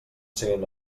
siguin